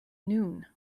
noon